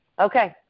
Okay